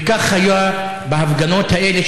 וכך היה בהפגנות האלה,